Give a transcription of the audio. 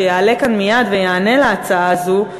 שיעלה כאן מייד ויענה על ההצעה הזו,